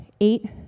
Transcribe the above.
eight